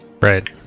Right